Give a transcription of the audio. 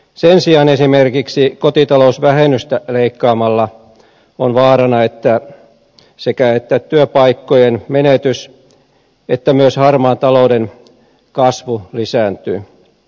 sen sijaan esimerkiksi kotitalousvähennystä leikkaamalla on vaarana että sekä työpaikkojen menetys että myös harmaan talouden kasvu lisääntyy